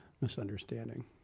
misunderstanding